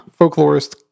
folklorist